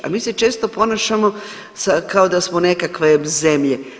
A mi se često ponašamo kao da smo nekakve zemlje.